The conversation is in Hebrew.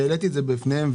העליתי את זה בפניכם.